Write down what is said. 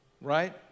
Right